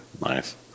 Nice